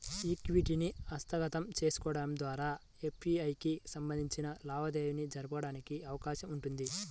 ఈక్విటీని హస్తగతం చేసుకోవడం ద్వారా ఎఫ్డీఐకి సంబంధించిన లావాదేవీ జరగడానికి అవకాశం ఉంటుంది